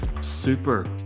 super